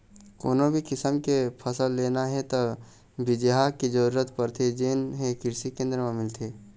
कोनो भी किसम के फसल लेना हे त बिजहा के जरूरत परथे जेन हे कृषि केंद्र म मिलथे